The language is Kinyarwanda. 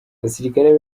abasirikare